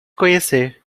conhecer